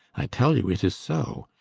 i tell you it is so.